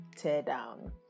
teardown